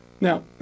Now